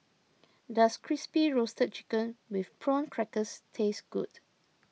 does Crispy Roasted Chicken with Prawn Crackers taste good